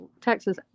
Texas